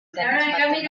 grandes